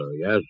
Yes